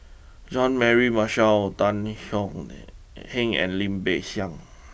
Jean Mary Marshall Tan Heng and Lim Peng Siang